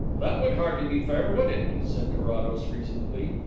that would hardly be fair, would it? said carrados reasonably.